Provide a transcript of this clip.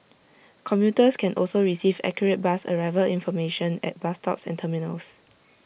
commuters can also receive accurate bus arrival information at bus stops and terminals